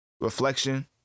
reflection